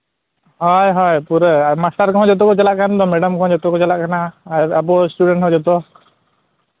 ᱦᱳᱭ ᱦᱳᱭ ᱯᱩᱨᱟᱹ ᱟᱨ ᱢᱟᱥᱴᱟᱨ ᱠᱚᱦᱚᱸ ᱡᱚᱛᱚ ᱠᱚ ᱪᱟᱞᱟᱜ ᱠᱟᱱ ᱫᱚ ᱢᱮᱰᱟᱢ ᱠᱚᱦᱚᱸ ᱡᱚᱛᱚ ᱠᱚ ᱪᱟᱞᱟᱜ ᱠᱟᱱᱟ ᱟᱨ ᱟᱵᱚ ᱥᱴᱩᱰᱮᱱᱴ ᱦᱚᱸ ᱡᱚᱛᱚ